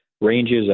Ranges